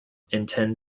intend